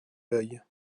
l’œil